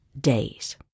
days